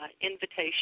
invitation